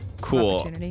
Cool